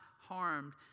harmed